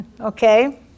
okay